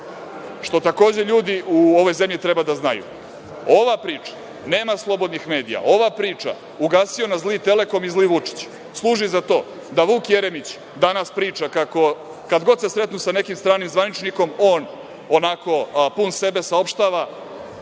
što takođe ljudi u ovoj zemlji treba da znaju, ova priča nema slobodnih medija, ova priča – ugasio nas zli „Telekom“ i zli Vučić, služi za to da Vuk Jeremić danas priča kako, kad god se sretnu sa nekim stranim zvaničnikom, on onako pun sebe saopštava